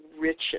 riches